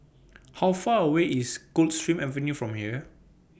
How Far away IS Coldstream Avenue from here